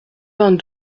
vingt